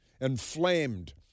inflamed